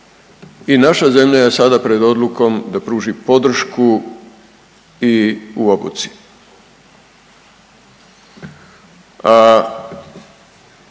i naša zemlja je sada pred odlukom da pruži podršku i u obuci,